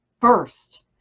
first